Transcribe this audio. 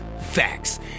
facts